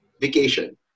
Vacation